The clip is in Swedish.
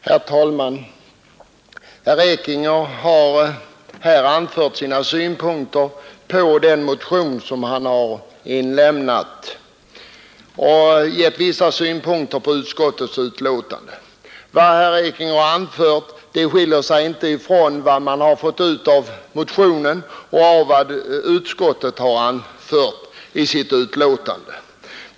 Herr talman! Herr Ekinge har här redogjort för den motion som han har väckt och framlagt vissa synpunkter på utskottets betänkande. Vad herr Ekinge här anfört skiljer sig inte från vad man har fått ut av motionen och vad utskottet har framhållit i sitt betänkande.